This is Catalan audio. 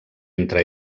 entre